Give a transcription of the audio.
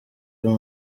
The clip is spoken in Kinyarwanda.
uyu